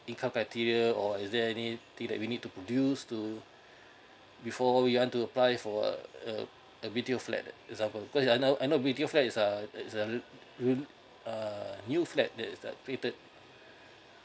income or is there anything that we need to produce to before we want to apply for uh a B_T_O flat example cause I know B_T_O flat is a is a real~ uh new flat that's are created